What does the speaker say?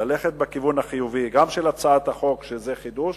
ללכת בכיוון החיובי, גם של הצעת החוק, שזה חידוש,